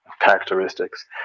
characteristics